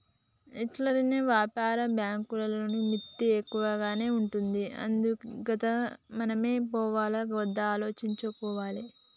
ఎట్లైనా వ్యాపార బాంకులల్ల మిత్తి ఎక్కువనే ఉంటది గందుకే మనమే పోవాల్నా ఒద్దా ఆలోచించుకోవాలె